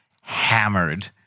hammered